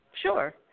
Sure